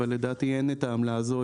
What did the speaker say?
אבל לדעתי אין את העמלה הזאת,